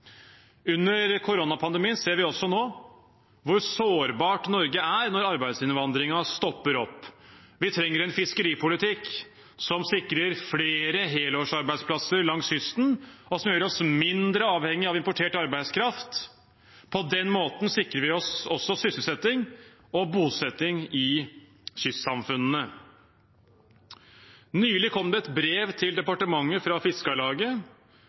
Under koronapandemien ser vi også hvor sårbart Norge er når arbeidsinnvandringen stopper opp. Vi trenger en fiskeripolitikk som sikrer flere helårsarbeidsplasser langs kysten, og som gjør oss mindre avhengige av importert arbeidskraft. På den måten sikrer vi også sysselsetting og bosetting i kystsamfunnene. Nylig kom det et brev til departementet fra Fiskarlaget,